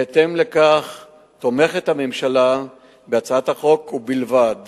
בהתאם לכך תומכת הממשלה בהצעת החוק, ובלבד